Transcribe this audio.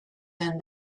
than